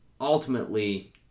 ultimately